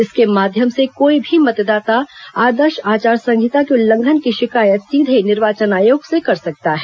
इसके माध्यम से कोई भी मतदाता आदर्श आचार संहिता के उल्लंघन की शिकायत सीधे निर्वाचन आयोग से कर सकता है